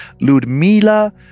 Ludmila